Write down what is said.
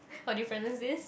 how do you present this